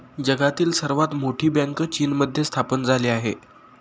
जगातील सर्वात मोठी बँक चीनमध्ये स्थापन झाली आहे